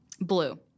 Blue